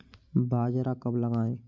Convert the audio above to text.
बाजरा कब लगाएँ?